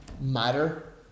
matter